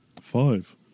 Five